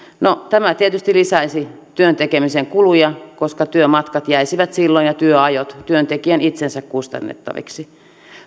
tämä tietysti lisäisi työn tekemisen kuluja koska työmatkat ja työajot jäisivät silloin työntekijän itsensä kustannettaviksi